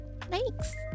Thanks